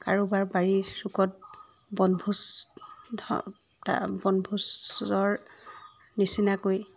কাৰোবাৰ বাৰীৰ চুকত বনভোজ ধ বনভোজৰ নিচিনাকৈ